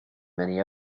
many